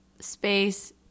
space